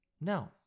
No